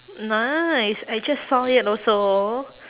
nice I just saw it also